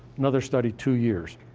another study two years.